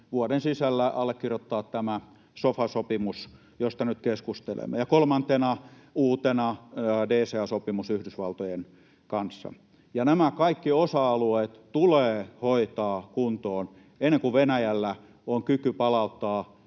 vuoden sisällä allekirjoittaa tämä sofa-sopimus, josta nyt keskustelemme, ja kolmantena uutena DCA-sopimus Yhdysvaltojen kanssa. Nämä kaikki osa-alueet tulee hoitaa kuntoon ennen kuin Venäjällä on kyky palauttaa